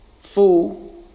Full